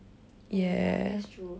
oh ya that's true